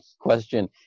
question